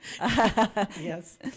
Yes